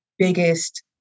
Biggest